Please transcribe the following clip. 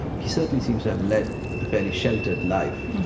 he certainly seems to have led a fairly sheltered life,